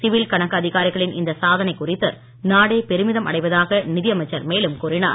civil கணக்கு அதிகாரிகளின் இந்த சாதனை குறித்து நாடே பெருமிதம் அடைவதாக நிதி அமைச்சர் மேலும் கூறினார்